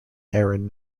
aaron